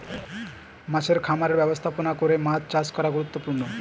মাছের খামারের ব্যবস্থাপনা করে মাছ চাষ করা গুরুত্বপূর্ণ